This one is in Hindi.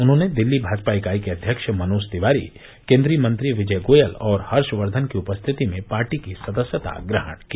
उन्होंने दिल्ली भाजपा इकाई के अध्यक्ष मनोज तिवारी केन्द्रीय मंत्री विजय गोयल और हर्षवर्द्वन की उपस्थिति में पार्टी की सदस्यता ग्रहण की